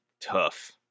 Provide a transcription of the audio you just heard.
tough